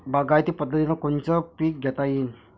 बागायती पद्धतीनं कोनचे पीक घेता येईन?